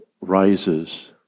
rises